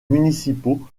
municipaux